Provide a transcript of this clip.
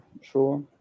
sure